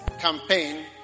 campaign